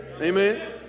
Amen